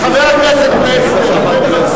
חבר הכנסת פלסנר,